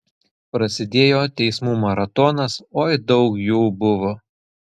prasidėjo teismų maratonas oi daug jų buvo